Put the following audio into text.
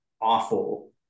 awful